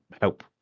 help